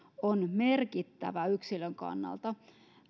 on merkittävä yksilön kannalta